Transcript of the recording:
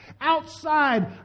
outside